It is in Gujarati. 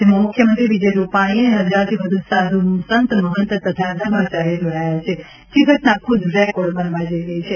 જેમાં મુખ્યમંત્રી વિજય રુપાણી અને હજારથી વધુ સાધુ સંત મહંત તથા ધર્માચાર્ય જોડાયા છે જે ઘટના ખુદ રેકોર્ડ બનવા જઇ રહી છે